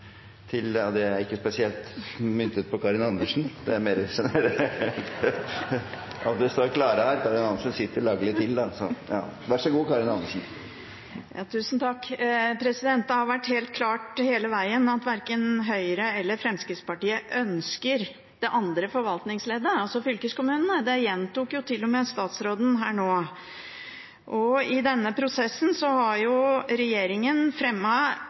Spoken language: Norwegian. til oppfølgingsspørsmål. Det har vært helt klart hele veien at verken Høyre eller Fremskrittspartiet ønsker det andre forvaltningsleddet, altså fylkeskommunene. Det gjentok til og med statsråden her nå. I denne prosessen har regjeringen